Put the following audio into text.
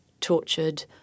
tortured